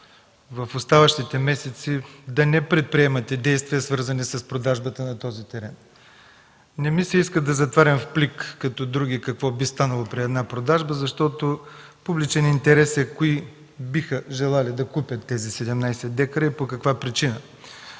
в оставащите месеци да не предприемате действия, свързани с продажбата на този терен. Не ми се иска да затварям в плик, като други, какво би станало при една продажба, защото публичен интерес е кои биха желали да купят тези 17 декара и по каква причина.